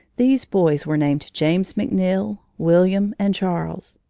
these boys were named james mcneill, william, and charles.